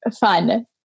fun